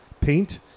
paint